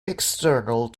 external